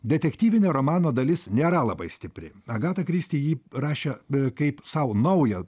detektyvinio romano dalis nėra labai stipri agata kristi ji rašė beveik kaip sau naują